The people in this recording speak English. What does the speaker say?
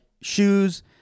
shoes